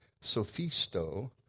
sophisto